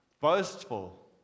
boastful